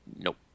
Nope